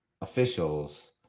officials